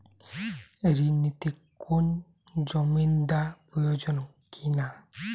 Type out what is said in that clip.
ঋণ নিতে কোনো জমিন্দার প্রয়োজন কি না?